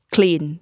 Clean